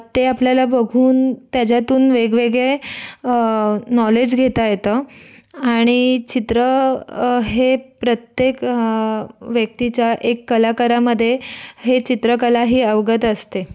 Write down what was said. ते आपल्याला बघून त्याच्यातून वेगवेगळे नॉलेज घेता येतं आणि चित्र हे प्रत्येक व्यक्तीच्या एक कलाकारामध्ये हे चित्रकलाही अवगत असते